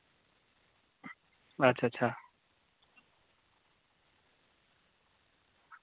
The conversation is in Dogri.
अच्छा अच्छा